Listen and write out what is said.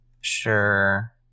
sure